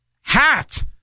hat